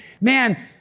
man